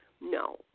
No